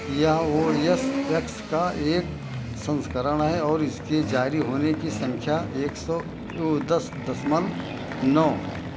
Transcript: यह O S X का एक संस्करण है और इसके जारी होने की संख्या एक सौ वो दस दशमलव नौ है